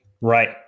Right